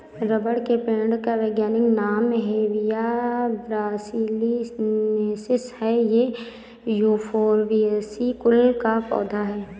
rubber के पेड़ का वैज्ञानिक नाम हेविया ब्रासिलिनेसिस है ये युफोर्बिएसी कुल का पौधा है